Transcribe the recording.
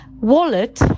wallet